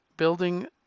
Building